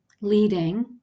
leading